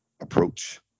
approach